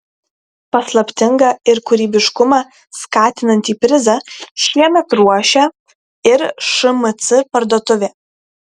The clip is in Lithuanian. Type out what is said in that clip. paslaptingą ir kūrybiškumą skatinantį prizą šiemet ruošia ir šmc parduotuvė